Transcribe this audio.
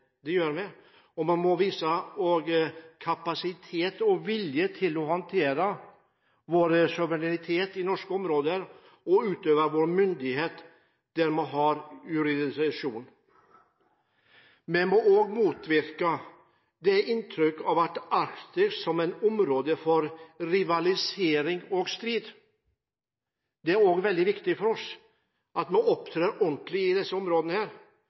det gjør vi – og vi må også vise at vi har kapasitet og vilje til å håndtere vår suverenitet i norske områder og utøve vår myndighet der vi har jurisdiksjon. Vi må motvirke inntrykket av Arktis som et område for rivalisering og strid. Det er veldig viktig for oss at vi opptrer ordentlig i disse områdene.